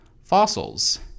fossils